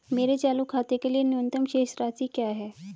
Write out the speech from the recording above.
मेरे चालू खाते के लिए न्यूनतम शेष राशि क्या है?